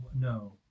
no